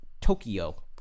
Tokyo